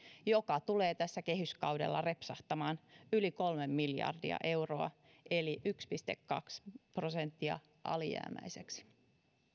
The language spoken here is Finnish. joka tulee tällä kehyskaudella repsahtamaan yli kolme miljardia euroa eli yksi pilkku kaksi prosenttia alijäämäiseksi